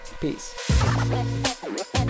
Peace